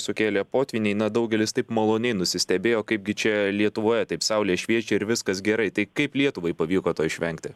sukėlė potvyniai na daugelis taip maloniai nusistebėjo kaipgi čia lietuvoje taip saulė šviečia ir viskas gerai tai kaip lietuvai pavyko to išvengti